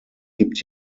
gibt